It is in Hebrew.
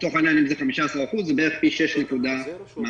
לצורך העניין אם זה 15%, זה פי שישה נקודה משהו.